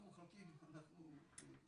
אנחנו מחלקים לכל חולה תיקייה כזאת,